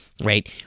right